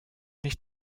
nicht